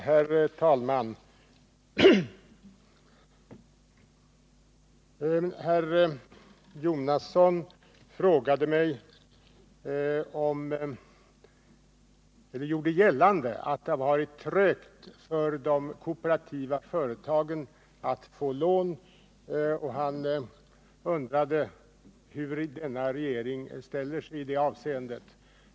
Herr talman! Herr Jonasson gjorde gällande att det har varit trögt för de kooperativa företagen att få lån, och han undrade hur denna regering ställer sig i det avseendet.